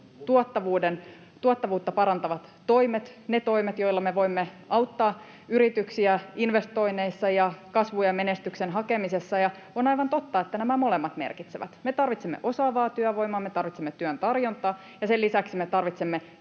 tuottavuutta parantavat toimet, ne toimet, joilla me voimme auttaa yrityksiä investoinneissa ja kasvun ja menestyksen hakemisessa, ja on aivan totta, että nämä molemmat merkitsevät. Me tarvitsemme osaavaa työvoimaa, me tarvitsemme työn tarjontaa, ja sen lisäksi me tarvitsemme